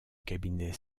cabinet